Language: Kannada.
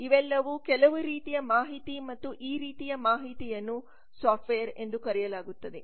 ಇವೆಲ್ಲವೂ ಕೆಲವು ರೀತಿಯ ಮಾಹಿತಿ ಮತ್ತು ಈ ರೀತಿಯ ಮಾಹಿತಿಯನ್ನು ಸಾಫ್ಟ್ವೇರ್ ಎಂದು ಕರೆಯಲಾಗುತ್ತದೆ